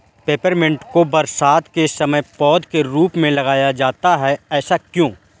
Peppermint को बरसात के समय पौधे के रूप में लगाया जाता है ऐसा क्यो?